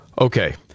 Okay